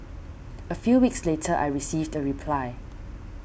a few weeks later I received a reply